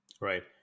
Right